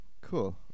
Cool